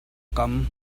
kam